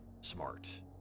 smart